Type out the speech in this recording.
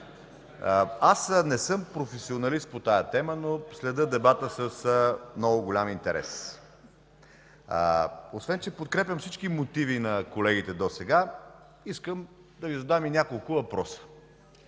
Не съм професионалист по тази тема, но следя дебата с много голям интерес. Освен че подкрепям всички мотиви на колегите досега, искам да Ви задам и няколко въпроса.